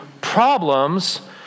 problems